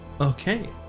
Okay